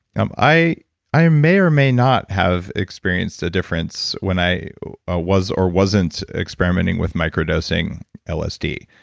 um i i may or may not have experienced a difference when i ah was or wasn't experimenting with micro dosing lsd,